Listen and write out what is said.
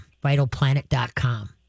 VitalPlanet.com